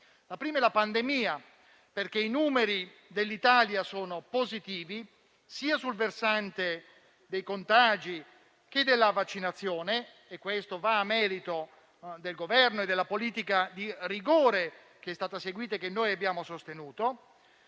la pandemia, perché i numeri dell'Italia sono positivi sia sul versante dei contagi sia sul fronte della vaccinazione - e questo va ascritto a merito del Governo e della politica di rigore che è stata seguita e che noi abbiamo sostenuto